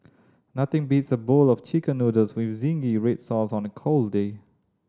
nothing beats a bowl of Chicken Noodles with zingy red sauce on a cold day